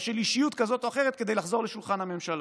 של אישיות כזאת או אחרת כדי לחזור לשולחן הממשלה.